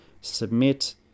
submit